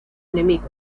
enemigo